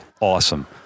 awesome